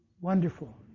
Wonderful